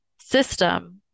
system